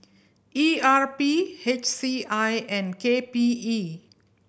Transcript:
E R P H C I and K P E